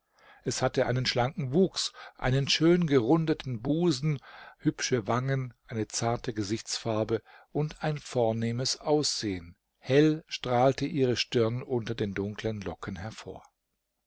es hatte einen schlanken wuchs einen schön gerundeten busen hübsche wangen eine zarte gesichtsfarbe und ein vornehmes aussehen hell strahlte ihre stirn unter den dunklen locken hervor